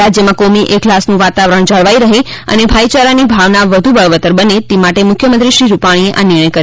રાજ્યમાં કોમી એખલાસનું વાતાવરણ જળવાઇ રહે અને ભાઇચારાની ભાવના વધુ બળવત્તર બને તે માટે મુખ્યમંત્રી શ્રી રૂપાણીએ આ નિર્ણય કર્યો છે